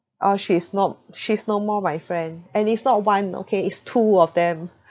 orh she's not she's no more my friend and it's not one okay it's two of them